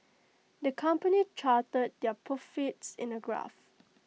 the company charted their profits in A graph